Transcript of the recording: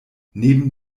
neben